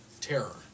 terror